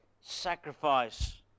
sacrifice